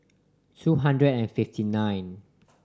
two hundred and fifty nine